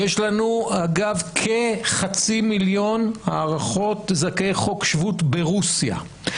יש לנו אגב כחצי מיליון לפי הערכות זכאי חוק השבות ברוסיה.